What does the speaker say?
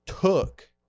took